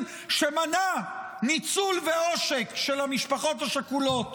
שמנע ניצול ועושק של המשפחות השכולות